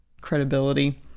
credibility